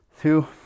Two